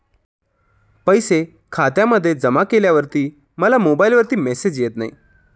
पैसे खात्यामध्ये जमा केल्यावर मला मोबाइलवर मेसेज येत नाही?